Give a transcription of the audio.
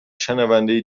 شنونده